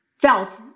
felt